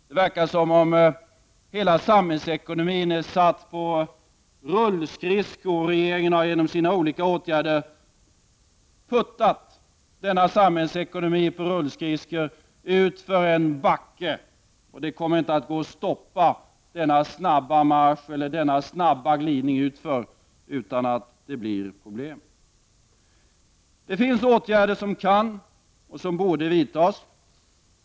Det verkar som om hela samhällsekonomin är satt på rullskridskor. Regeringen har genom sina olika åtgärder puttat denna samhällsekonomi på rullskridskor utför en backe. Det kommer inte att gå att stoppa denna snabba marsch eller glidning utför utan att det blir problem. Det finns åtgärder som kan och borde vidtas.